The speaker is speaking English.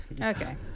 okay